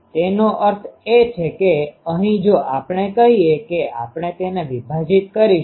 તેનો અર્થ એ છે કે અહીં જો આપણે કહીએ કે આપણે તેને વિભાજીત કરીશું